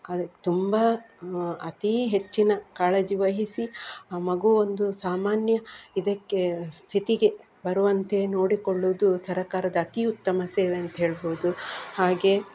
ತುಂಬ ಅತಿ ಹೆಚ್ಚಿನ ಕಾಳಜಿವಹಿಸಿ ಆ ಮಗುವೊಂದು ಸಾಮಾನ್ಯ ಇದಕ್ಕೆ ಸ್ಥಿತಿಗೆ ಬರುವಂತೆ ನೋಡಿಕೊಳ್ಳೋದು ಸರಕಾರದ ಅತಿ ಉತ್ತಮ ಸೇವೆ ಅಂತ ಹೇಳ್ಬೋದು ಹಾಗೆ